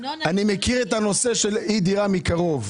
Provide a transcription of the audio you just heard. אני מכיר את הנושא של דירה מקרוב.